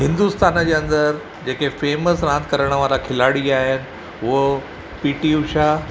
हिंदुस्तान जे अंदर जेके फेमस रांदि करणु वारा खिलाड़ी आहिनि उहो पी टी उषा